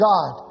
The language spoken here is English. God